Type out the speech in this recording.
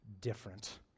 different